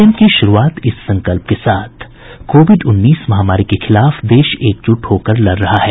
bulletin की शुरूआत इस संकल्प के साथ कोविड उन्नीस महामारी के खिलाफ देश एकजुट होकर लड़ रहा है